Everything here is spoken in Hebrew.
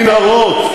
מנהרות,